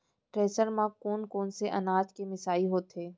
Thresher म कोन कोन से अनाज के मिसाई होथे?